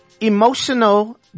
emotional